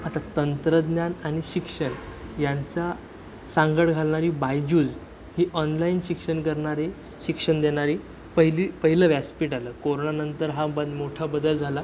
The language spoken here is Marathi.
आता तंत्रज्ञान आणि शिक्षण यांचा सांगड घालणारी बायजूज ही ऑनलाईन शिक्षण करणारी शिक्षण देणारी पहिली पहिलं व्यासपीठ आलं कोरोनानंतर हा बन मोठा बदल झाला